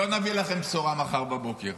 לא נביא לכם בשורה מחר בבוקר.